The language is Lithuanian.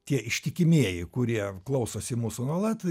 tie ištikimieji kurie klausosi mūsų nuolat